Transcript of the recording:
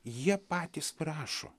jie patys prašo